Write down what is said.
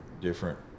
different